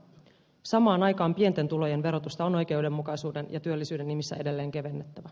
samaan aikaan pienten tulojen verotusta on oikeudenmukaisuuden ja työllisyyden nimissä edelleen kevennettävä